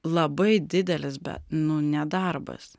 labai didelis bet nu nedarbas